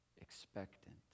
expectant